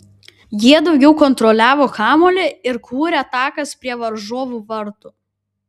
jie daugiau kontroliavo kamuolį ir kūrė atakas prie varžovų vartų